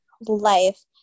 life